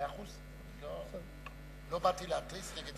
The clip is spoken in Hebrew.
מאה אחוז, לא באתי להתריס.